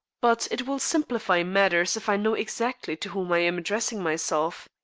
but it will simplify matters if i know exactly to whom i am addressing myself.